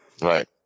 Right